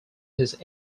his